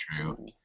true